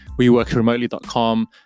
weworkremotely.com